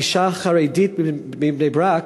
אישה חרדית מבני-ברק,